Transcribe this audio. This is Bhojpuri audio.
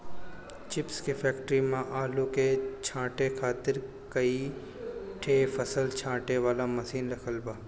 चिप्स के फैक्ट्री में आलू के छांटे खातिर कई ठे फसल छांटे वाला मशीन रखल बा